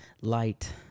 light